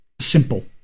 simple